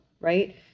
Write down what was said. right